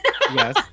Yes